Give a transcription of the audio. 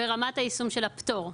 ברמת היישום של הפטור?